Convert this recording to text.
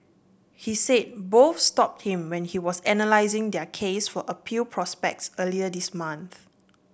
he said both stopped him when he was analysing their case for appeal prospects earlier this month